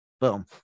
Boom